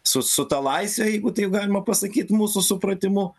su su ta laisve jeigu taip galima pasakyt mūsų supratimu